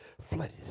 flooded